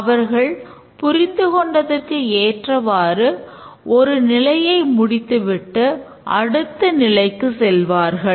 அவர்கள் புரிந்து கொண்டதற்கு ஏற்றவாறு ஒரு நிலையை முடித்துவிட்டு அடுத்த நிலைக்குச் செல்வார்கள்